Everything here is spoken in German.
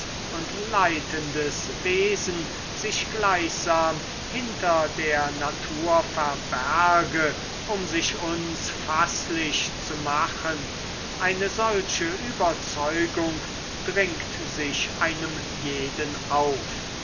und leitendes wesen sich gleichsam hinter der natur verberge um sich uns faßlich zu machen eine solche überzeugung dringt sich einem jeden auf